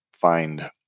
find